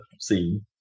scene